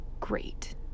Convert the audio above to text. great